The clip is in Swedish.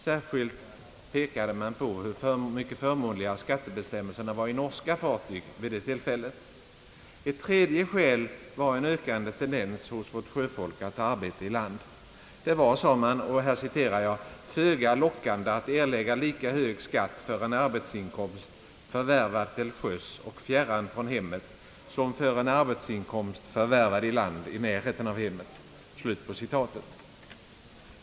Särskilt pekade man på hur mycket förmånligare skattebestämmelserna vid det tillfället var i den norska handelsflottan. Det tredje skälet var en ökande tendens hos vårt sjöfolk att ta arbete i land. Det var, sade man, »föga lockande att erlägga lika hög skatt för en arbetsinkomst förvärvad till sjöss och fjärran från hemmet som för en arbetsinkomst förvärvad i land i närheten av hemmet».